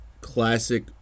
classic